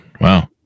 Wow